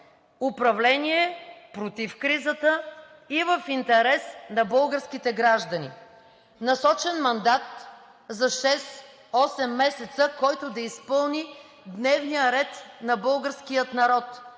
Управление против кризата и в интерес на българските граждани, насочен мандат за 6 – 8 месеца, който да изпълни дневния ред на българския народ